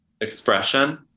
expression